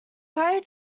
prior